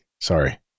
Sorry